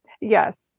yes